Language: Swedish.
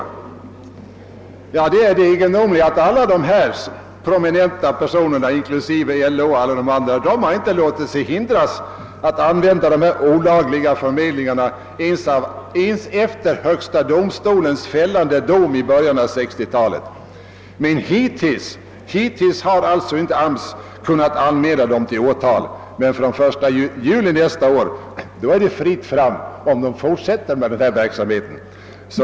Det är det egendomliga att alla de prominenta personer jag nyss nämnde samt LO inte har låtit sig hindras från att anlita dessa olagliga förmedlingar ens efter högsta domstolens fällande dom i början av 1960-talet. Hittills har alltså inte AMS kunnat anmäla dem till åtal, men från den 1 juli nästa år är det fritt fram om de fortsätter med denna verksamhet.